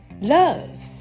Love